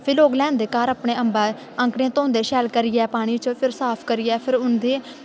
फिर लोक लेआंदे घर अपने अम्बा उप्परां आंकड़ियां धोंदे शैल करियै पानी च फिर साफ करियै फिर उं'दे